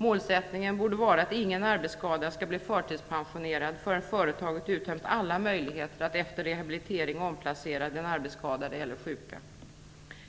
Målsättningen borde vara att ingen arbetsskadad skall bli förtidspensionerad förrän företaget har uttömt alla möjligheter att efter rehabilitering omplacera den arbetsskadade eller sjuke.